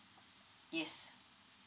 yes